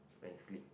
and sleep